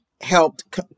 helped